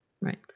Right